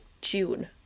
June